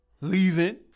leaving